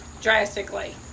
drastically